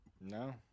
No